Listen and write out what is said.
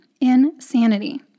Insanity